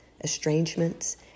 estrangements